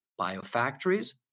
biofactories